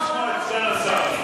נשמע את סגן השר.